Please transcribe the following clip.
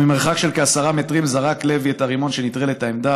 ממרחק של כעשרה מטרים זרק לוי את הרימון שנטרל את העמדה.